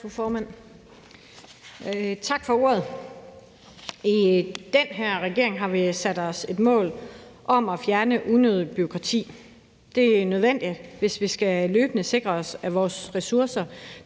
Tak for ordet. I den her regering har vi sat os et mål om at fjerne unødigt bureaukrati. Det er nødvendigt, hvis vi løbende skal sikre os, at vores ressourcer